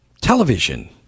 television